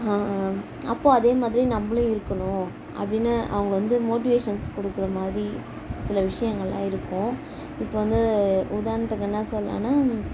அப்போது அதே மாதிரி நம்மளும் இருக்கணும் அப்படின்னு அவங்க வந்து மோட்டிவேஷன்ஸ் கொடுக்கற மாதிரி சில விஷயங்கள்லாம் இருக்கும் இப்போ வந்து உதாரணத்துக்கு என்ன சொல்லான்னால்